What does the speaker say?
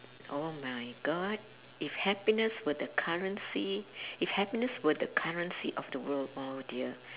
oh my god if happiness were the currency if happiness were the currency of the world oh dear